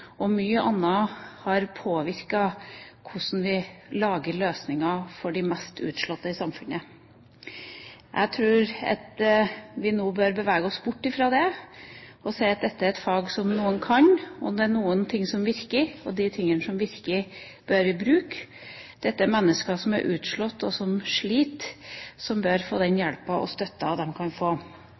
og mye annet, har påvirket hvordan vi kommer fram til løsninger for dem i samfunnet som er mest utslått. Jeg tror vi nå bør bevege oss bort fra dette, og si at dette er et fag som noen kan, og der noe virker. Og det som virker, bør vi bruke. Dette er mennesker som er utslått, og som sliter, og som bør få den hjelpen og støtten de kan få.